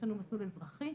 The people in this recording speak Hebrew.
יש לנו מסלול אזרחי,